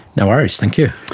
no worries, thank you.